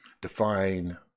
define